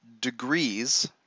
degrees